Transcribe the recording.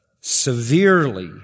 severely